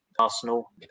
Arsenal